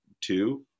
two